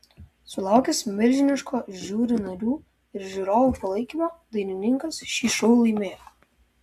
sulaukęs milžiniško žiuri narių ir žiūrovų palaikymo dainininkas šį šou laimėjo